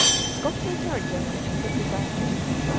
scott's return journey ended disastrously.